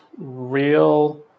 real